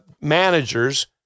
managers